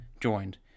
joined